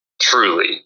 truly